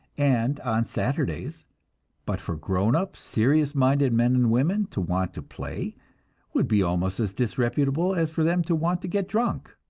and on saturdays but for grown-up, serious-minded men and women to want to play would be almost as disreputable as for them to want to get drunk.